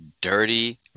dirty